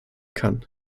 kann